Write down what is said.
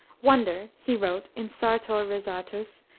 wonder, he wrote in sartor resartus,